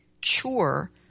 cure